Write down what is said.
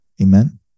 Amen